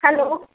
hello